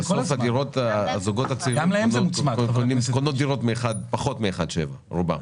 כי רוב הזוגות הצעירים קונים דירות בפחות מ-1.7 ברובם.